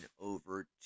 over